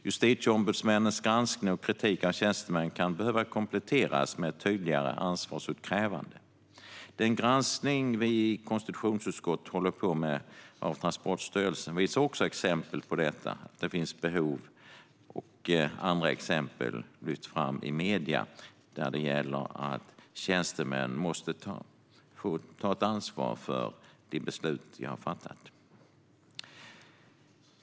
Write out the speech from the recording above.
Justitieombudsmännens granskning och kritik av tjänstemän kan behöva kompletteras med ett tydligare ansvarsutkrävande. Den granskning som vi i konstitutionsutskottet håller på med av Transportstyrelsen visar exempel på detta liksom olika fall som lyfts fram i medier. Tjänstemän måste ta ansvar för de beslut som de har fattat.